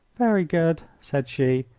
very good, said she,